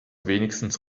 wenigstens